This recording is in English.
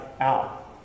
out